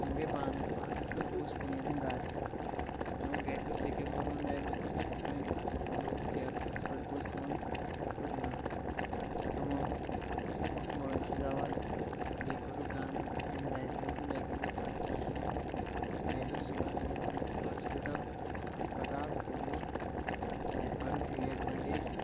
ہُم گٔے پانَس پانَس تہٕ بہٕ گۄوُس کُنی زَن گَرٕ مےٚ ووٚن گَرِکیو ژےٚ کیٛاہ کوٚرمُت نَرِ مےٚ دوٚپُس یِتھ کٔنۍ لوٚگ ژیرٕ کُلِس پٮ۪ٹھ گوس بۄن مےٚ پٮ۪ٹھ نٔر تہٕ تِمو موٚتھ مٲلشہِ دَوا بیٚیہِ کوٚرُکھ گَنٛڈ کِتھانۍ دَجہِ گَنٛڈ تہٕ مےٚ گٔے نہٕ فَرق کِہیٖنۍ بیٚیہِ دۄہ صُبحن نیوٗہَس بہٕ ہاسپِٹَل ہَسپَتال پُلووم تَتہِ کوٚرُکھ کرٛیک بَنڈیج